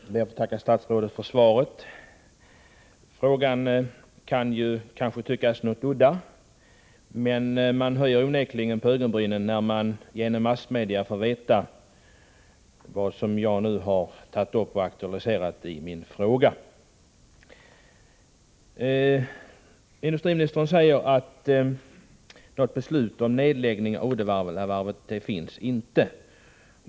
Herr talman! Jag ber att få tacka statsrådet för svaret. Min fråga kan kanske tyckas vara udda, men man höjer onekligen på ögonbrynen när man genom massmedia får veta sådant som jag nu har aktualiserat i frågan. Industriministern säger att det inte finns något beslut om nedläggning av Uddevallavarvet.